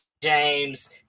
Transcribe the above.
James